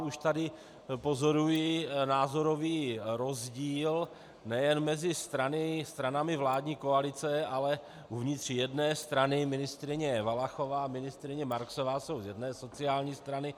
Už tady pozoruji názorový rozdíl nejen mezi stranami vládní koalice, ale uvnitř jedné strany ministryně Valachová a ministryně Marksová jsou z jedné sociální strany.